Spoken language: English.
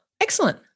Excellent